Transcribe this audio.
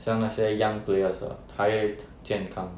像那些 young players ah 他越健康